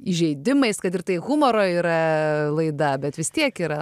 įžeidimais kad ir tai humoro yra laida bet vis tiek yra